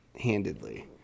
handedly